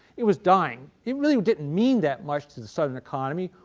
it was dying. it really didn't mean that much to the southern economy,